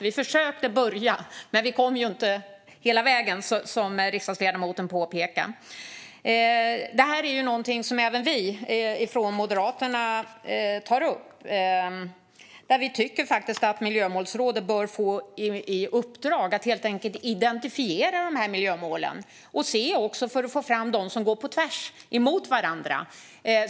Vi började, men vi kom inte hela vägen, precis som riksdagsledamoten påpekar. Det här är någonting som även vi från Moderaterna tar upp. Vi tycker faktiskt att Miljömålsrådet bör få i uppdrag att helt enkelt identifiera de här miljömålen för att få fram dem som går på tvärs mot varandra.